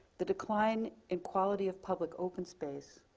the decline in quality of public open space,